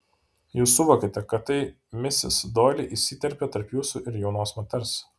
jūs suvokėte kad tai misis doili įsiterpė tarp jūsų ir jaunos moters